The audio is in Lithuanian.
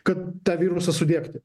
kad tą virusą sudiegti